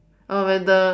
oh when the